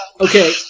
Okay